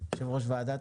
יושב-ראש ועדת